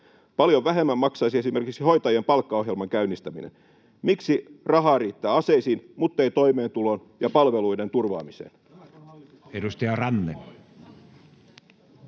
Paljon vähemmän maksaisi esimerkiksi hoitajien palkkaohjelman käynnistäminen. Miksi rahaa riittää aseisiin muttei toimeentulon ja palveluiden turvaamiseen? Edustaja Ranne.